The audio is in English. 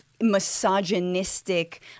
misogynistic